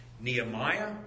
Nehemiah